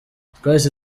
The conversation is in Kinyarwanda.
twahise